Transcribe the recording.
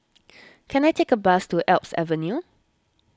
can I take a bus to Alps Avenue